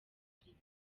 afurika